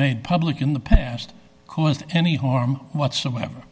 made public in the past caused any harm whatsoever